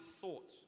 thought